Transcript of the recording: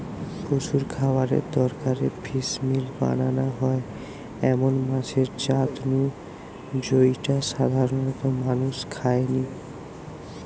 পশুর খাবারের দরকারে ফিসমিল বানানা হয় এমন মাছের জাত নু জউটা সাধারণত মানুষ খায়নি